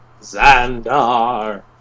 Xandar